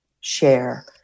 share